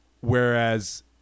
whereas